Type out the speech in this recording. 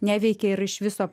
neveikia ir iš viso